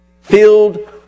filled